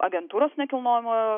agentūros nekilnojamojo